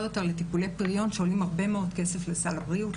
יותר לטיפולי פריון שעולים הרבה כסף לסל הבריאות,